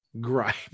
gripe